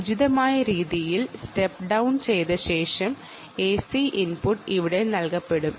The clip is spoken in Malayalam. ഉചിതമായ രീതിയിൽ സ്റ്റെപ് ഡൌൺ ചെയ്ത ശേഷം എസി ഇൻപുട്ട് ഇവിടെ നൽകും